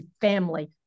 family